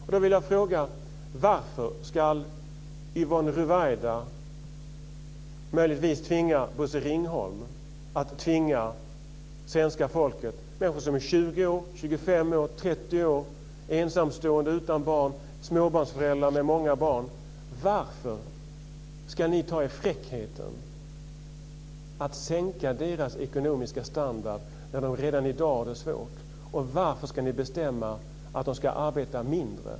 Jag vill fråga: Varför ska Yvonne Ruwaida möjligtvis tvinga Bosse Ringholm att tvinga svenska folket, människor som är 20 år, 25 år, 30 år, ensamstående utan barn, småbarnsföräldrar med många barn att sänka sin ekonomiska standard? Varför ska ni ta er den fräckheten, när de redan i dag har det svårt? Varför ska ni bestämma att de ska arbeta mindre?